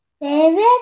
David